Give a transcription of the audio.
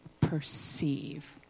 perceive